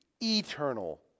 eternal